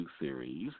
series